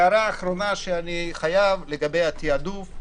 הערה אחרונה שאני חייב, לגבי התעדוף.